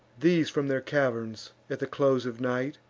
these from their caverns, at the close of night,